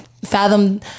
Fathom